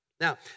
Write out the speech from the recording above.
Now